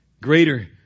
greater